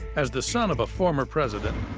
as the son of a former president,